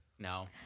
No